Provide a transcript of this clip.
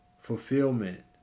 fulfillment